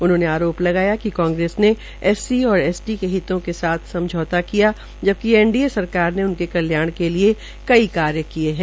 उन्होंने आरोप लगाया कि कांग्रेस ने एस सी और एस टी के हितों के साथ समझौता किया जबकि एनडीए सरकार ने उनके कल्याण के लिए कई कार्य किये है